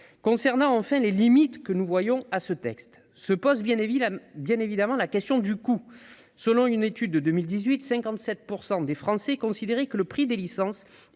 maintenant aux limites que nous voyons à ce texte. Se pose bien évidemment la question du coût. Selon une étude de 2018, près de 57 % des Français considéraient que le prix des licences